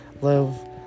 live